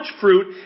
fruit